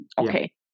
Okay